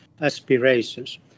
aspirations